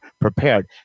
prepared